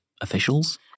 Officials